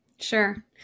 Sure